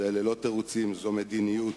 שאלה לא תירוצים, זו מדיניות.